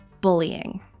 bullying